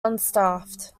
unstaffed